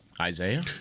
Isaiah